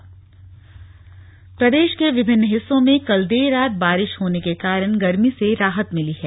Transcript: मौसम प्रदेश के विभिन्न हिस्सों में कल देर रात बारिश होने के कारण गर्मी से राहत मिली है